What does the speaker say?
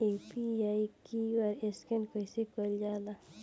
UPI QR scan कइसे कईल जा ला?